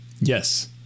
Yes